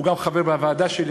והוא גם חבר בוועדה שלי,